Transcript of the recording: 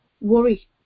worry